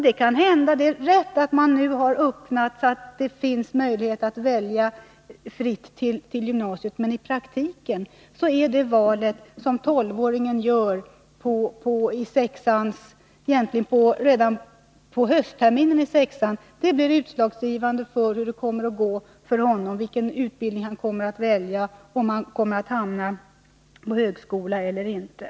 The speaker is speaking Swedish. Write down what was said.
Det är rätt att man nu har öppnat möjligheterna att välja fritt till gymnasiet, men i praktiken är det val som tolvåringen gör redan på höstterminen i sjätte årskursen utslagsgivande för hur det kommer att gå för honom, vilken utbildning han kommer att välja, om han kommer att hamna på högskolan eller inte.